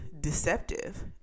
deceptive